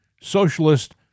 socialist